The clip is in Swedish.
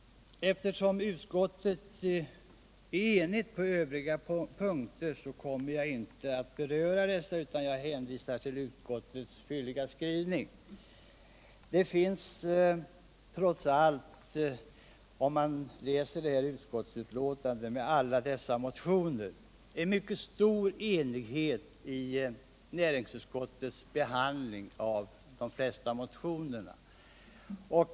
Eftersom utskottet är enigt på övriga punkter kommer jag inte att beröra dessa utan hänvisar till utskottets fylliga skrivning. Man finner, om man läser utskottsbetänkandet, att det trots allt råder en mycket stor enighet i näringsutskottets behandling av de flesta motionerna.